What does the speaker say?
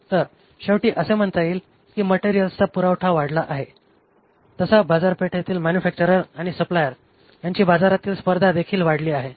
तर शेवटी असे म्हणता येईल की मटेरिअल्सचा पुरवठा वाढला आहे तास बाजारातील मॅन्युफॅक्चरर आणि सप्लायर यांची बाजारातील स्पर्धा देखील वाढली आहे